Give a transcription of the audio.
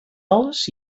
alles